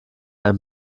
ein